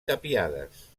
tapiades